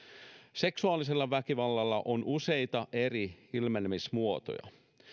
seksuaalisella väkivallalla on useita eri ilmenemismuotoja